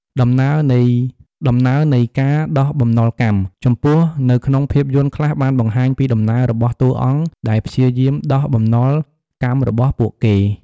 ដំណើរនៃការដោះបំណុលកម្ម ចំពោះនៅក្នុងភាពយន្តខ្លះបានបង្ហាញពីដំណើររបស់តួអង្គដែលព្យាយាមដោះបំណុលកម្មរបស់ពួកគេ។